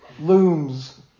Looms